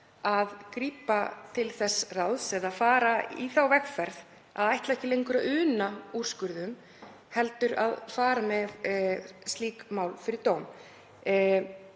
að grípa til þess ráðs eða fara í þá vegferð að ætla ekki lengur að una úrskurðum heldur að fara með slík mál fyrir dóm.